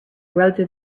through